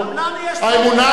האמונה שלך,